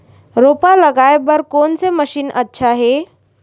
रोपा लगाय बर कोन से मशीन अच्छा हे?